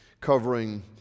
covering